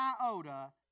iota